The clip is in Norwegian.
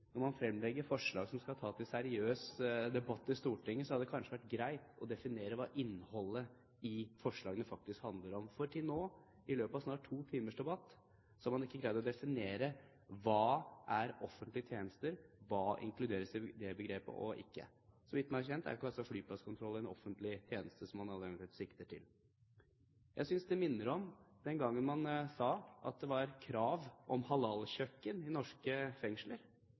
når man fremlegger forslag som man skal ta til en seriøs debatt i Stortinget, så hadde det kanskje vært greit å definere hva innholdet i forslaget faktisk handler om, for til nå – i løpet av en snart to timers debatt – har man ikke klart å definere: Hva er offentlige tjenester – hva inkluderes og hva inkluderes ikke i det begrepet? Meg bekjent er jo ikke en flyplasskontroll – som man eventuelt sikter til – en offentlig tjeneste. Jeg synes det minner om den gangen man sa at det var krav om halalkjøkken i norske fengsler.